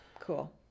Cool